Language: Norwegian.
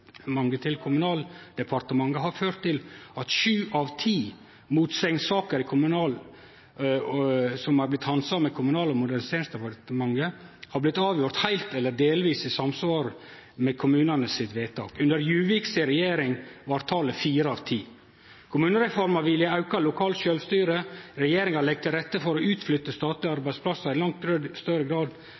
til Kommunal- og moderniseringsdepartementet har ført til at sju av ti motsegnssaker som er blitt handsama i Kommunal- og moderniseringsdepartementet, har blitt avgjorde heilt eller delvis i samsvar med vedtaket til kommunane. Under Juviks regjering var talet fire av ti. Kommunereforma vil gje auka lokalt sjølvstyre. Regjeringa legg til rette for å flytte ut statlege arbeidsplassar i langt større grad